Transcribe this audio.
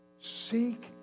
seek